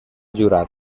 jurat